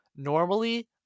normally